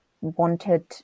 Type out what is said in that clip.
wanted